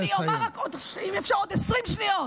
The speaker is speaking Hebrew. אם אפשר עוד 20 שניות.